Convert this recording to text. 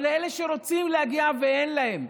אבל לאלה שרוצים להגיע ואין להם,